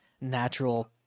natural